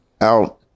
out